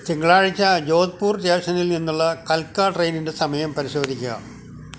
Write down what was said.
തിങ്കളാഴ്ച്ച ജോധ്പൂർ സ്റ്റേഷനിൽ നിന്നുള്ള കൽക്ക ട്രെയിനിൻ്റെ സമയം പരിശോധിക്കുക